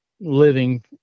living